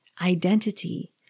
identity